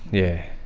yeah.